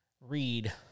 read